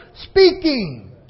speaking